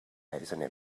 eisene